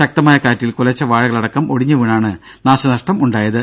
ശക്തമായ കാറ്റിൽ കുലച്ച വാഴകളടക്കം ഒടിഞ്ഞുവീണാണ് നാശനഷ്ടം ഉണ്ടായത്